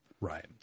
Right